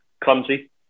clumsy